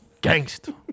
Gangster